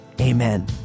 amen